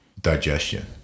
digestion